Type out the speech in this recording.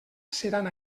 seran